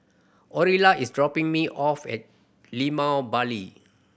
Orilla is dropping me off at Limau Bali